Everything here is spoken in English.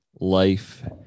life